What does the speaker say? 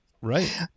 Right